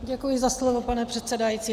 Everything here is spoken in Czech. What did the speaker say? Děkuji za slovo, pane předsedající.